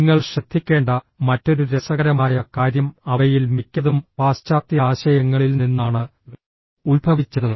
നിങ്ങൾ ശ്രദ്ധിക്കേണ്ട മറ്റൊരു രസകരമായ കാര്യം അവയിൽ മിക്കതും പാശ്ചാത്യ ആശയങ്ങളിൽ നിന്നാണ് ഉത്ഭവിച്ചത്